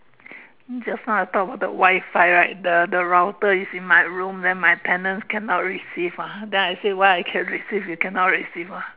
just now I talk about the Wi-Fi right the the router is in my room then my tenants cannot receive ah then I say why I can receive you can not receive ah